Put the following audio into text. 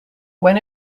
when